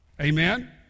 Amen